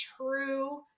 true